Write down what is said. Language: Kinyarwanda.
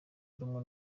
rumwe